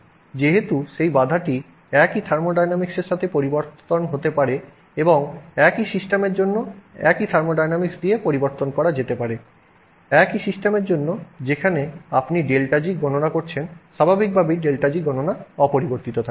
যেহেতু সেই বাধাটি একই থার্মোডাইনামিক্স এর সাথে পরিবর্তন হতে পারে একই সিস্টেমের জন্য একই থার্মোডাইনামিক্স দিয়ে পরিবর্তন করা যেতে পারে একই সিস্টেমের জন্য যেখানে আপনি ΔG গণনা করছেন স্বাভাবিকভাবেই ΔG গণনা অপরিবর্তিত থাকবে